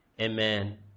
Amen